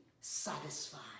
satisfied